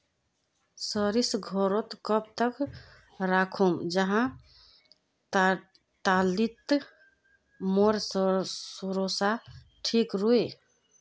सरिस घोरोत कब तक राखुम जाहा लात्तिर मोर सरोसा ठिक रुई?